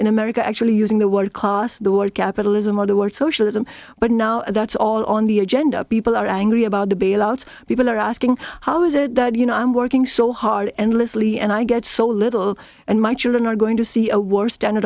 in america actually using the word class the world capitalism or the word socialism but now that's all on the agenda people are angry about the bailout people are asking how is it that you know i'm working so hard endlessly and i get so little and my children are going to see a war standard